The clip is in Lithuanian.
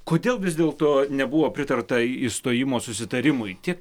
kodėl vis dėlto nebuvo pritarta išstojimo susitarimui tiek